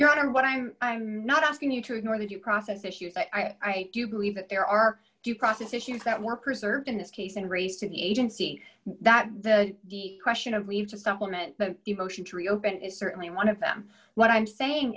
your honor what i'm i'm not asking you to ignore the due process issues but i do believe that there are due process issues that were preserved in this case and raised to the agency that the question of leave to supplement but the motion to reopen is certainly one of them what i'm saying